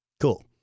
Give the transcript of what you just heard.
Cool